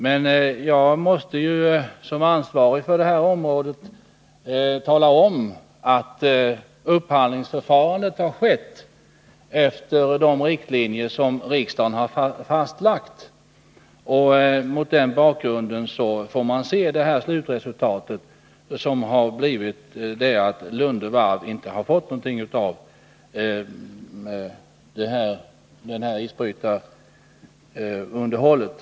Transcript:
Men jag måste ju, som ansvarig för detta område, tala om att upphandlingsförfarandet har skett efter de riktlinjer som riksdagen har fastlagt. Och mot den bakgrunden får man se detta slutresultat, som blivit det att Lunde Varv inte har fått någonting av isbrytarunderhållet.